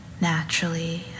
naturally